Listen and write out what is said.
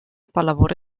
pallavolo